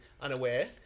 unaware